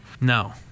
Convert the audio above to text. No